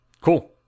Cool